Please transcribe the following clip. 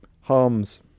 Harm's